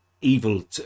evil